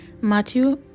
Matthew